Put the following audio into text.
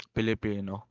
Filipino